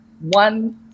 one